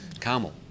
Carmel